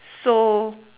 so